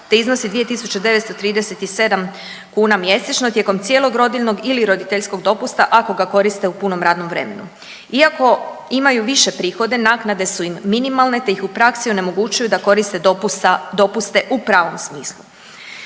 te iznosi 2.937 kuna mjesečno tijekom cijelog rodiljnog ili roditeljskog dopusta ako ga koriste u punom radnom vremenu. Iako imaju više prihode naknade su im minimalne te ih u praksi onemogućuju da koriste dopust sa, dopuste u pravom smislu.